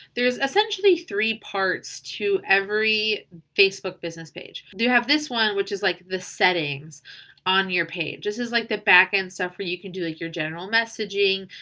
there's essentially three parts to every facebook business page. you have this one, which is like the settings on your page. this is like the backend stuff where you can do like your general messaging,